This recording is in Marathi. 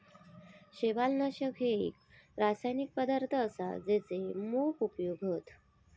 शैवालनाशक एक रासायनिक पदार्थ असा जेचे मोप उपयोग हत